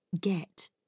get